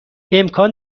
امکان